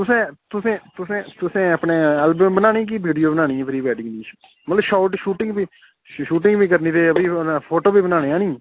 तुसें तुसें तुसें तुसें अपने एल्बम बनानी कि विडियो बनानी प्री वेडिंग दी मतलब शोर्ट शूटिंग दी शूटिंग बी करनी ते फोटू बी बनाने हैनी